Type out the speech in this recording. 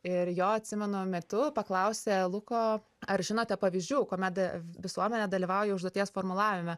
ir jo atsimenu metu paklausė luko ar žinote pavyzdžių kuomet visuomenė dalyvauja užduoties formulavime